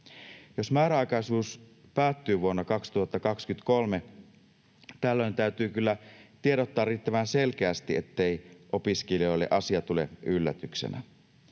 Jos määräaikaisuus päättyy vuonna 2023, tällöin täytyy kyllä tiedottaa riittävän selkeästi, ettei opiskelijoille asia tule yllätyksenä.